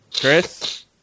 Chris